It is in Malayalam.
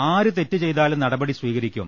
ആരു തെറ്റ് ചെയ്താലും നടപടി സ്വീകരിക്കും